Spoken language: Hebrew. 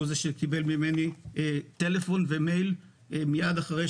הוא זה שקיבל ממני טלפון ומייל יומיים